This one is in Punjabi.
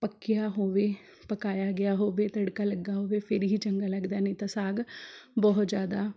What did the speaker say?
ਪੱਕਿਆ ਹੋਵੇ ਪਕਾਇਆ ਗਿਆ ਹੋਵੇ ਤੜਕਾ ਲੱਗਾ ਹੋਵੇ ਫਿਰ ਹੀ ਚੰਗਾ ਲੱਗਦਾ ਹੈ ਨਹੀਂ ਤਾਂ ਸਾਗ ਬਹੁਤ ਜ਼ਿਆਦਾ